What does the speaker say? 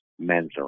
mentoring